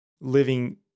living